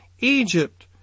Egypt